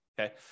okay